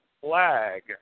flag